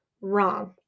wrong